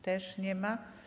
Też nie ma.